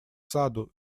саду